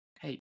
hey